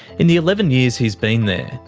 in the eleven years he's been there,